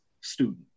student